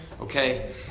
Okay